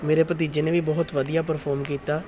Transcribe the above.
ਮੇਰੇ ਭਤੀਜੇ ਨੇ ਵੀ ਬਹੁਤ ਵਧੀਆ ਪਰਫੋਰਮ ਕੀਤਾ